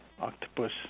octopus